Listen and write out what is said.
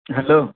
hello